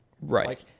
Right